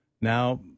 now